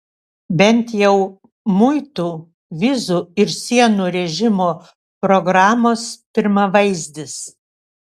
bent jau muitų vizų ir sienų režimo programos pirmavaizdis